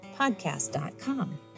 podcast.com